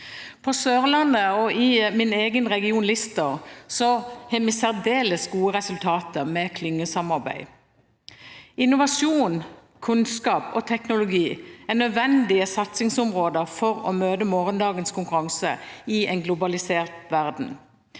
På Sørlandet og i min egen region Lister har vi særdeles gode resultater med klyngesamarbeid. Innovasjon, kunnskap og teknologi er nødvendige satsingsområder for å møte morgendagens konkurranse i en globalisert verden.